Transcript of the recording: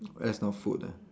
that's not food ah